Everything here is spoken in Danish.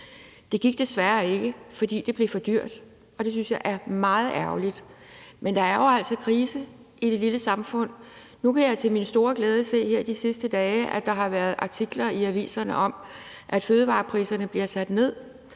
Det gik desværre ikke, fordi det blev for dyrt, og det synes jeg er meget ærgerligt. Men der er jo altså krise i de små samfund. Nu kan jeg til min store glæde se, at der her i de sidste dage har været artikler i aviserne om, at fødevarepriserne bliver sat ned,